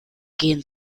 gehen